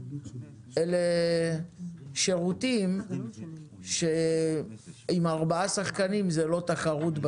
אלה שירותים שעם ארבעה שחקנים זאת בטוח לא תחרות.